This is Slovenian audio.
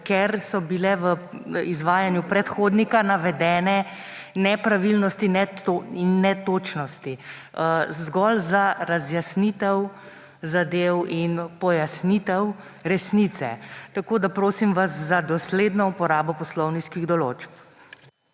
ker so bile v izvajanju predhodnika navedene nepravilnosti, netočnosti; zgolj za razjasnitev zadev in pojasnitev resnice. Prosim vas za dosledno uporabo poslovniških določb.